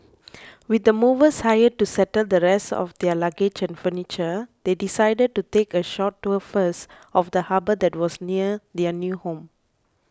with the movers hired to settle the rest of their luggage and furniture they decided to take a short tour first of the harbour that was near their new home